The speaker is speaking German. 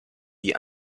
wie